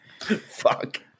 Fuck